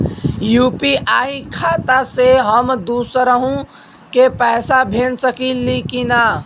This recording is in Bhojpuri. यू.पी.आई खाता से हम दुसरहु के पैसा भेज सकीला की ना?